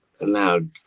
allowed